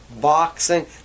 Boxing